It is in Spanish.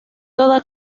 toda